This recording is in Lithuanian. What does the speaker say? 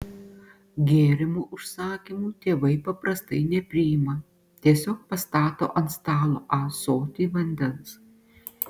gėrimų užsakymų tėvai paprastai nepriima tiesiog pastato ant stalo ąsotį vandens